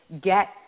get